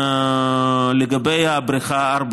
לגבי בריכה 4,